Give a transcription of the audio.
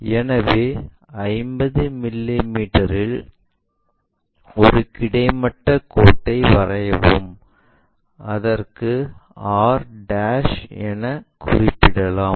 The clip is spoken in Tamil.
எனவே 50 மிமீ இல் ஒரு கிடைமட்ட கோட்டை வரையவும் அதற்கு r என குறிப்பிடவும்